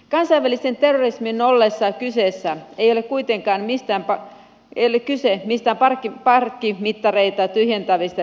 kansainvälisen terrorismin ollessa kyseessä ei ole kuitenkaan mitään pahaa ylitti sen mistä kyse mistään parkkimittareita tyhjentävistä pikkujengeistä